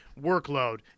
workload